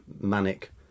manic